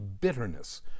bitterness